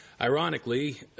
Ironically